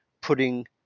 putting